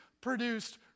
produced